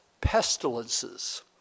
pestilences